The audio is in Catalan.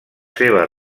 seves